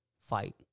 fight